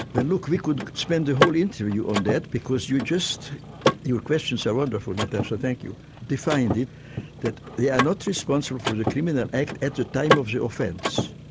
look, we could spend the whole interview on that because you just your questions are wonderful natasha, thank you defined it that they are not responsible for the criminal act at the time of the offence.